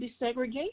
desegregation